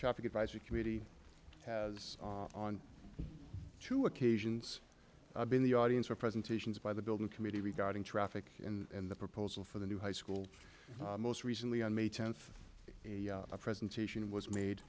traffic advisory committee has on two occasions i've been the audience for presentations by the building committee regarding traffic and the proposal for the new high school most recently on may tenth a presentation was made